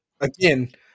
again